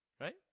right